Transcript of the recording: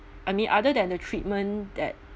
I mean other than the treatment that